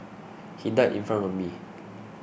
he died in front of me